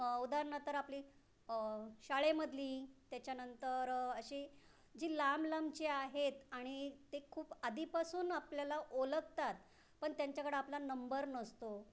उदाहरणं तर आपली शाळेमधली त्याच्यानंतर अशी जी लांब लांबची आहेत आणि ते खूप आधीपासून आपल्याला ओळखतात पण त्यांच्याकडं आपला नंबर नसतो